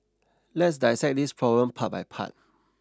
let's dissect this problem part by part